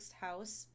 house